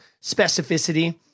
specificity